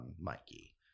Mikey